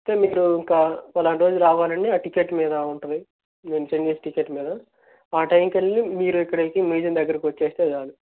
అంటే మీరు ఇంకా ఫలాన రోజు రావాలని ఆ టికెట్టు మీద ఉంటుంది మెన్షన్ చేసిన టికెట్టు మీద ఆ టైమ్ వెళ్ళి మీరు ఇక్కడికి మ్యూజియం దగ్గరకొచ్చేస్తే చాలు